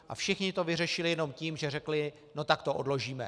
A všichni to vyřešili jenom tím, že řekli no tak to odložíme.